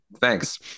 Thanks